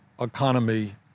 economy